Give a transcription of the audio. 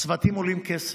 הצוותים עולים כסף.